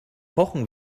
pochen